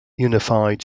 unified